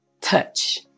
Touch